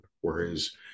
Whereas